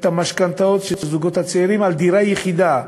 את המשכנתאות של זוגות צעירים על דירה יחידה,